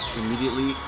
immediately